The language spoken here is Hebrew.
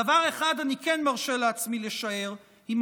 דבר אחד אני כן מרשה לעצמי לשער: אם